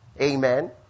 Amen